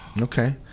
Okay